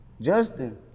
Justin